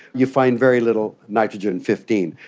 you find very little nitrogen fifteen.